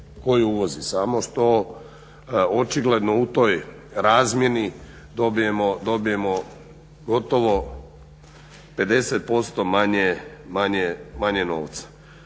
samo što očigledno u toj razmjeni dobijemo gotovo 50% manje novca.